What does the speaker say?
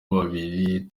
babiri